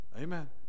Amen